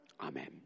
Amen